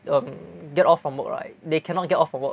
um get off from work right they cannot get off from work